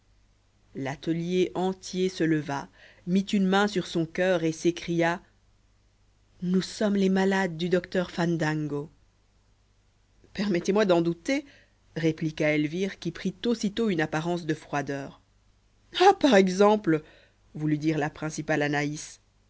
l'atelier entier se leva mit une main sur son coeur et s'écria nous sommes les malades du docteur fandango permettez-moi d'en douter répliqua elvire qui prit aussitôt une apparence de froideur ah par exemple voulut dire la principale anaïs